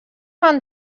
van